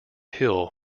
hill